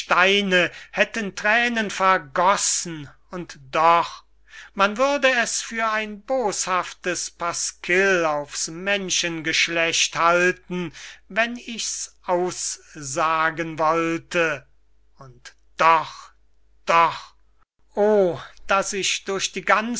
steine hätten thränen vergossen und doch man würde es für ein boshaftes pasquill auf's menschengeschlecht halten wenn ich's aussagen wollte und doch doch oh daß ich durch die